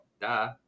duh